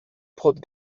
prote